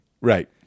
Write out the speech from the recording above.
Right